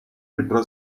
withdraw